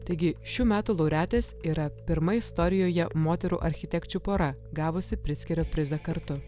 taigi šių metų laureatės yra pirma istorijoje moterų architekčių pora gavusi pritzkerio prizą kartu